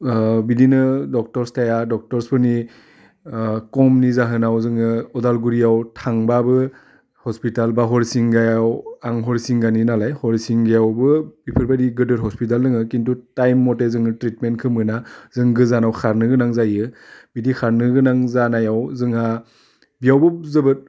बिदिनो डक्टरस थाया डक्टरसफोरनि खमनि जाहोनाव जोङो अदालगुरियाव थांबाबो हस्पिताल बा हरिसिंगायाव आं हरिसिंगानि नालाय हरिसिंगायावबो बिफोरबायदि गिदोर हस्पिताल दोङो खिन्थु टाइम मथे जोङो ट्रिटमेन्टखौ मोना जों गोजानाव खारनो गोनां जायो बिदि खारनो गोनां जानायाव जोंहा बेयावबो जोबोद